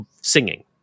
singing